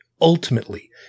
Ultimately